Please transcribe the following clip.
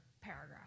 paragraph